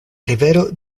rivero